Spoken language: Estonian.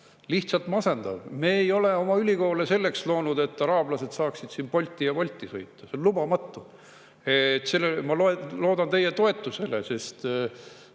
Lihtsalt masendav! Me ei ole oma ülikoole selleks loonud, et araablased saaksid siin Bolti ja Wolti sõita. See on lubamatu! Ma loodan teie toetusele.